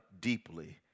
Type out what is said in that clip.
deeply